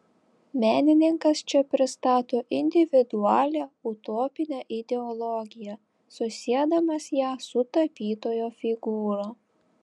menininkas čia pristato individualią utopinę ideologiją susiedamas ją su tapytojo figūra